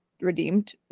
redeemed